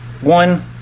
One